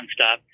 nonstop